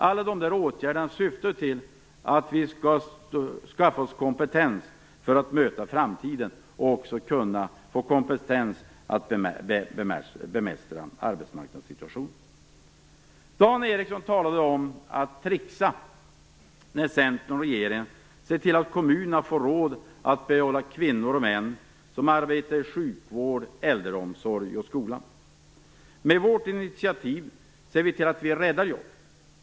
Alla dessa åtgärder syftar till att vi skall skaffa oss kompetens till att möta framtiden och även få kompetens att bemästra arbetsmarknadssituationen. Dan Ericsson kallade det för att tricksa att Centern och regeringen har sett till att kommunerna får råd att behålla kvinnor och män som arbetar i sjukvården, äldreomsorgen och skolan. Med vårt initiativ ser vi till att vi räddar jobb.